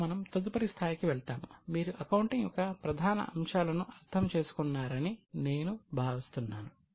ఇప్పుడు మనము తదుపరి స్థాయికి వెళ్తాము మీరు అకౌంటింగ్ యొక్క ప్రధాన అంశాలను అర్థం చేసుకున్నారని నేను భావిస్తున్నాను